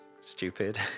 stupid